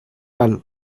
val